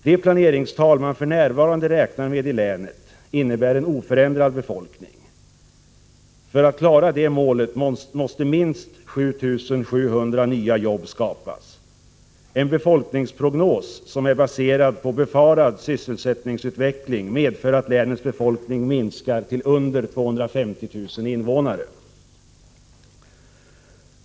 De planeringstal man f.n. räknar med i länet innebär en oförändrad befolkning. För att man skall klara det målet måste minst 7 700 nya jobb skapas. En befolkningsprognos som är baserad på befarad sysselsättningsutveckling anger att länets befolkning minskar till under 250 000 invånare.